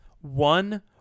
One